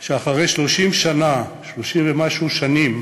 כך שאחרי 30 שנה, 30 ומשהו שנים,